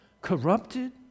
corrupted